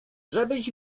żebyś